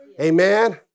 Amen